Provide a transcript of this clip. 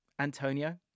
Antonio